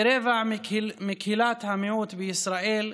כרבע מקהילת המיעוט בישראל,